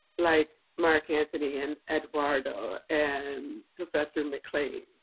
like mark anthony and eduardo and professor mcclain.